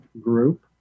Group